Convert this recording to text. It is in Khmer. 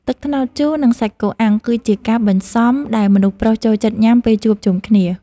ទឹកត្នោតជូរ និងសាច់គោអាំង គឺជាការបន្សំដែលមនុស្សប្រុសចូលចិត្តញ៉ាំពេលជួបជុំគ្នា។